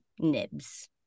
nibs